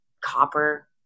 copper